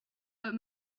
but